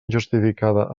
injustificada